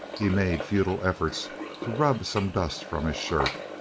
he made futile efforts to rub some dust from his shirt.